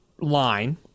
line